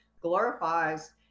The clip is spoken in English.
glorifies